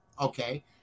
okay